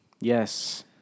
Yes